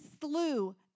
slew